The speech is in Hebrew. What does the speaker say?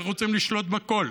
אנחנו רוצים לשלוט בכול.